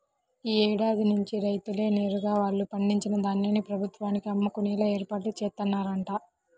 యీ ఏడాది నుంచి రైతులే నేరుగా వాళ్ళు పండించిన ధాన్యాన్ని ప్రభుత్వానికి అమ్ముకునేలా ఏర్పాట్లు జేత్తన్నరంట